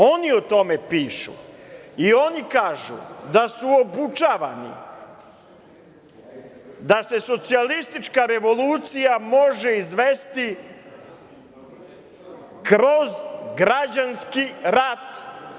Oni o tome pišu i oni kažu da su obučavani da se socijalistička revolucija može izvesti kroz građanski rat.